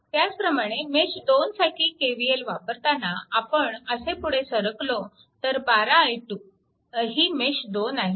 त्याचप्रमाणे मेश 2 साठी KVL वापरताना आपण असे पुढे सरकलो तर 12 i2 ही मेश 2 आहे